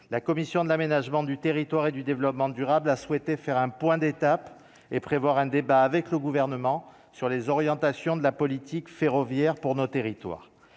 la commission de l'aménagement du territoire et du développement durable, a souhaité faire un point d'étape et prévoir un débat avec le gouvernement sur les orientations de la politique ferroviaire pour nos territoires